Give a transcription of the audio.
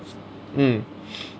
mm